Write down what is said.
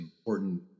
important